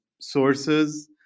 sources